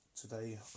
today